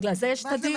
בגלל זה יש דיון.